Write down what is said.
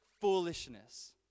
foolishness